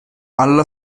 alla